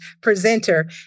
presenter